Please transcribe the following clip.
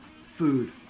food